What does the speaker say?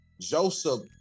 Joseph